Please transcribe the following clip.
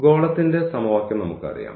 ഗോളത്തിന്റെ സമവാക്യം നമുക്കറിയാം